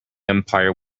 empire